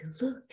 look